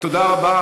תודה רבה.